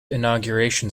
inauguration